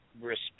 respect